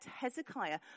Hezekiah